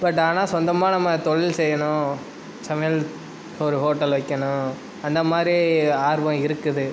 but ஆனால் சொந்தமாக நம்ம தொழில் செய்யணும் சமையல் ஒரு ஹோட்டல் வைக்கணும் அந்த மாதிரி ஆர்வம் இருக்குது